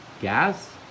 gas